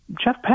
Jeff